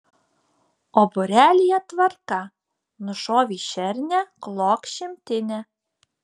o būrelyje tvarka nušovei šernę klok šimtinę